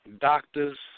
doctors